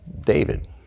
David